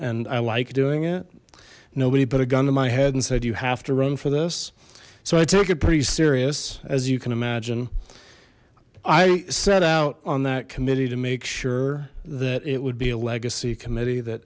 and i liked doing it nobody put a gun to my head and said you have to run for this so i take it pretty serious as you can imagine i set out on that committee to make sure that it would be a legacy committee that